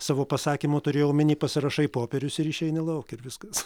savo pasakymu turėjo omeny pasirašai popierius ir išeini lauk ir viskas